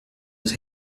his